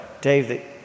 Dave